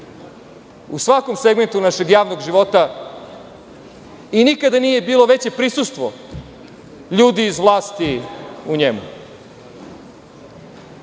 u svakom segmentu našeg javnog života i nikada nije bilo veće prisustvo ljudi iz vlasti u njemu.